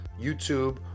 YouTube